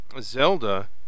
zelda